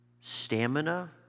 stamina